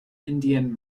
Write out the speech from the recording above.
indian